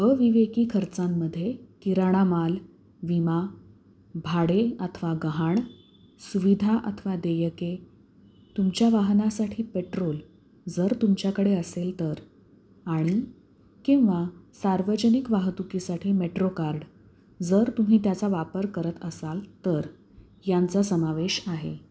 अविवेकी खर्चांमध्ये किराणा माल विमा भाडे अथवा गहाण सुविधा अथवा देयके तुमच्या वाहनासाठी पेट्रोल जर तुमच्याकडे असेल तर आणि किंवा सार्वजनिक वाहतुकीसाठी मेट्रो कार्ड जर तुम्ही त्याचा वापर करत असाल तर यांचा समावेश आहे